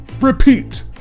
Repeat